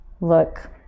look